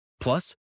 Plus